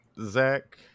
Zach